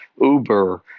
uber